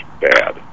bad